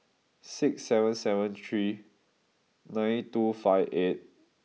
six seven seven three nine two five eight